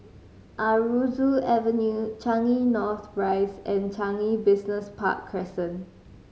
Aroozoo Avenue Changi North Rise and Changi Business Park Crescent